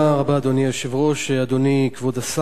אדוני היושב-ראש, תודה רבה, אדוני כבוד השר,